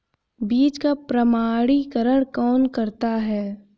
बीज का प्रमाणीकरण कौन करता है?